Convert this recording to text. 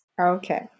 Okay